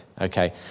Okay